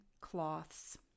cloths